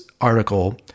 article